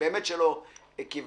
באמת שלא כיוונתי.